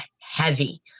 heavy